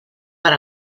per